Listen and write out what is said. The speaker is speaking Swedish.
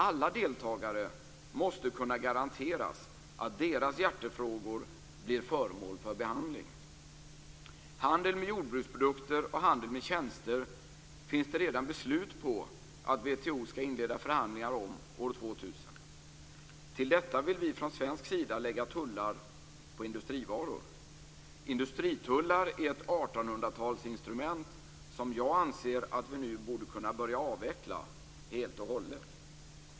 Alla deltagare måste kunna garanteras att deras hjärtefrågor blir föremål för behandling. Det finns redan beslut på att WTO skall inleda förhandlingar om handeln med jordbruksprodukter och handeln med tjänster år 2000. Till detta vill vi från svensk sida lägga tullar på industrivaror. Industritullar är ett 1800-talsinstrument som jag anser att vi nu borde kunna börja avveckla helt och hållet.